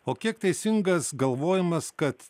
o kiek teisingas galvojimas kad